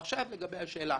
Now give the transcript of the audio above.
עכשיו לגבי השאלה,